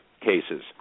cases